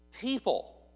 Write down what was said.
people